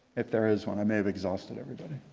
if there is one. i may have exhausted everybody.